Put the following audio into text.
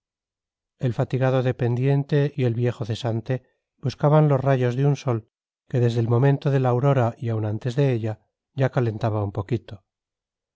el fatigado pretendiente y el viejo cesante buscaban los rayos de un sol que desde el momento de la aurora y aun antes de ella ya calentaba un poquito